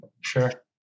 Sure